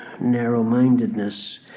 narrow-mindedness